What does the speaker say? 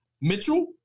Mitchell